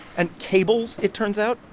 and cables, it turns out,